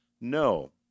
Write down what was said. no